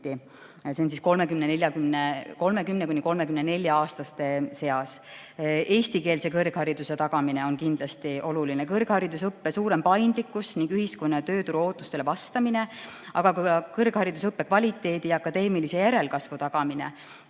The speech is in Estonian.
inimesi 50% 30–34-aastaste seas. Eestikeelse kõrghariduse tagamine on kindlasti oluline, [samuti on oluline] kõrgharidusõppe suurem paindlikkus ning ühiskonna ja tööturu ootustele vastamine, aga ka kõrgharidusõppe kvaliteedi ja akadeemilise järelkasvu tagamine.